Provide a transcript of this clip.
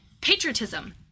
patriotism